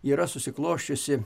yra susiklosčiusi